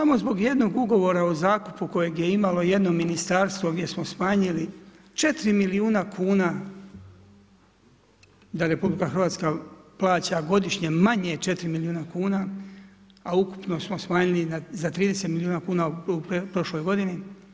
Samo zbog jednog ugovora o zakupu kojeg je imalo jedno ministarstvo gdje smo smanjili 4 milijuna kuna da Republika Hrvatska plaća godišnje manje 4 milijuna kuna, a ukupno smo smanjili za 30 milijuna kuna u prošloj godini.